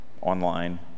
online